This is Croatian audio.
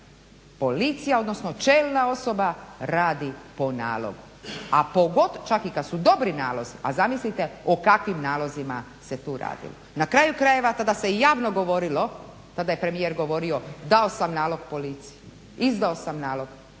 policija, odnosno čelna osoba radi po nalogu. A pogotovo čak i kad su dobri nalozi, a zamislite o kakvim nalozima se tu radilo. Na kraju krajeva tada se javno govorilo, tada je premijer govorio dao sam nalog policiji, izdao sam nalog policiji.